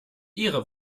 ihre